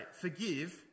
forgive